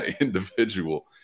individual